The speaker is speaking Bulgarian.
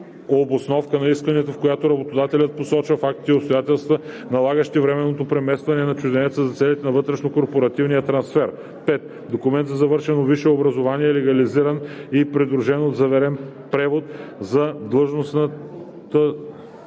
обосновка на искането, в която работодателят посочва фактите и обстоятелствата, налагащи временното преместване на чужденеца за целите на вътрешнокорпоративния трансфер; 5. документ за завършено висше образование, легализиран и придружен от заверен превод – за длъжността